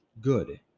Good